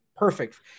Perfect